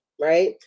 right